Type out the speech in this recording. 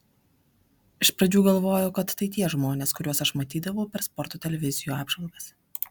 iš pradžių galvojau kad tai tie žmonės kuriuos aš matydavau per sporto televizijų apžvalgas